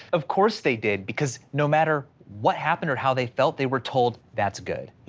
of course they did because no matter what happened or how they felt they were told that's good.